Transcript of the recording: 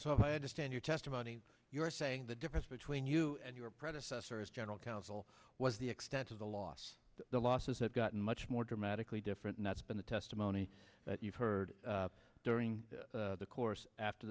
so i understand your testimony you're saying the difference between you and your predecessor as general counsel was the extent of the loss the losses have gotten much more dramatically different and that's been the testimony that you've heard during the course after